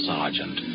Sergeant